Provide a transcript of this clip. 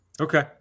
Okay